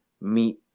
meet